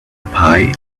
pie